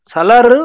Salar